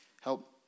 Help